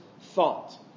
thought